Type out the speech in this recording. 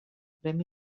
premi